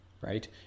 right